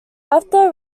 after